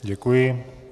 Děkuji.